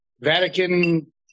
Vatican